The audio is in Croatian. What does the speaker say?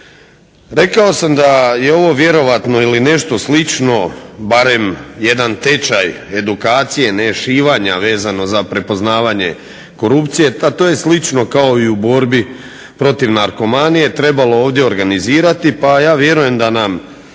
Rekao sam da je ovo vjerojatno ili nešto slično, barem jedan tečaj edukacije ne šivanja vezano za prepoznavanje korupcije. To je slično kao i u borbi protiv narkomanije trebalo ovdje organizirati, pa ja vjerujem da nam